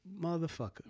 motherfucker